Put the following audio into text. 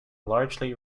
largely